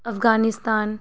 Afghanistan